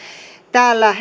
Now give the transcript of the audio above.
täällä